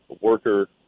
Worker